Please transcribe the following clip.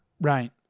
right